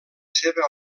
seva